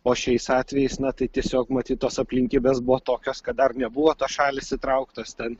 o šiais atvejais na tai tiesiog matyt tos aplinkybės buvo tokios kad dar nebuvo tos šalys įtrauktos ten